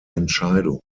entscheidung